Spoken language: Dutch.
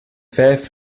vijf